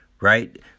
Right